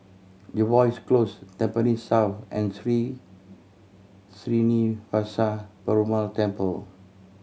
Jervois Close Tampines South and Sri Srinivasa Perumal Temple